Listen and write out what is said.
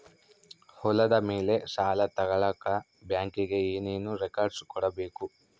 ಹೊಲದ ಮೇಲೆ ಸಾಲ ತಗಳಕ ಬ್ಯಾಂಕಿಗೆ ಏನು ಏನು ರೆಕಾರ್ಡ್ಸ್ ಕೊಡಬೇಕು?